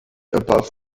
above